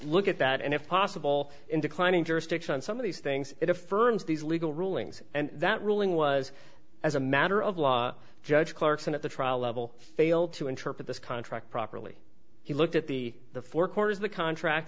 look at that and if possible in declining jurisdiction on some of these things it affirms these legal rulings and that ruling was as a matter of law judge clarkson at the trial level failed to interpret this contract properly he looked at the the four corners of the contract